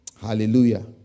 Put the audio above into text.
Hallelujah